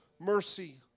mercy